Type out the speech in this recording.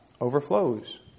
overflows